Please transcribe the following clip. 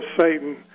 Satan